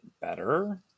better